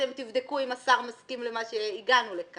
אתם תבדקו אם השר מסכים למה שהגענו אליו.